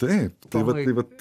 taip tai vat tai vat